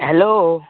hello